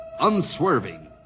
unswerving